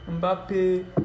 Mbappe